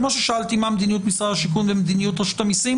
כמו ששאלתי מה מדיניות משרד השיכון ומדיניות רשות המסים,